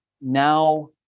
Now